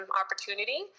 opportunity